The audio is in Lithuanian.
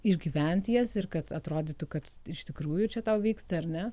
išgyventi jas ir kad atrodytų kad iš tikrųjų čia tau vyksta ar ne